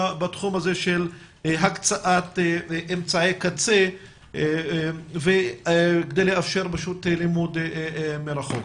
בתחום הזה של הקצאת אמצעי קצה כדי לאפשר לימוד מרחוק.